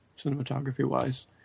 cinematography-wise